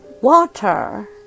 water